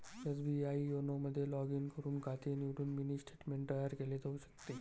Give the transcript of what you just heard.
SBI YONO मध्ये log in करून खाते निवडून मिनी स्टेटमेंट तयार केले जाऊ शकते